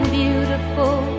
beautiful